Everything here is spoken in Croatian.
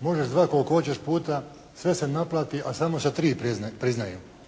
možeš zvati koliko hoćeš puta, sve se naplati a samo se tri priznaju.